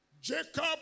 Jacob